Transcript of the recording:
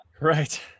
Right